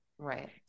Right